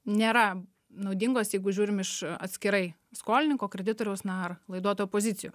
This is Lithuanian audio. nėra naudingos jeigu žiūrim iš atskirai skolininko kreditoriaus na ar laiduotojo pozicijų